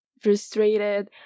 frustrated